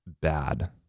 bad